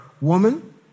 Woman